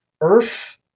Earth